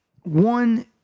one